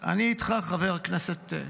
אני איתך, חבר הכנסת.